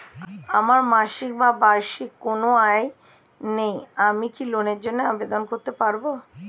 আমার মাসিক বা বার্ষিক কোন আয় নেই আমি কি লোনের জন্য আবেদন করতে পারব?